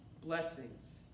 blessings